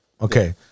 Okay